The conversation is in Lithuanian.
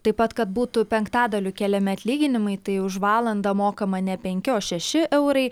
taip pat kad būtų penktadaliu keliami atlyginimai tai už valandą mokama ne penki o šeši eurai